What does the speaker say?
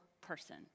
person